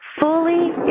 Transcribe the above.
fully